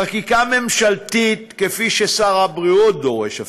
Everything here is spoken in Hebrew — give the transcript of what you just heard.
חקיקה ממשלתית, כפי שאפילו שר הבריאות דורש,